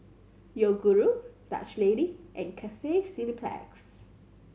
Yoguru Dutch Lady and Cathay Cineplex